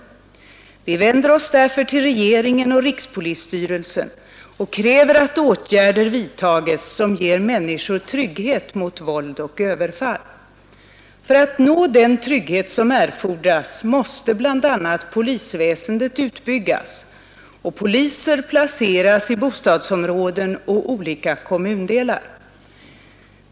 Vi vänder oss därför till regeringen och rikspolisstyrelsen och kräver att åtgärder vidtages, som ger människor trygghet mot våld och överfall. För att nå den trygghet som erfordras måste bl.a. polisväsendet utbyggas och poliser placeras i bostadsområden och olika kommundelar.